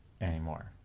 anymore